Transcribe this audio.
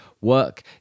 work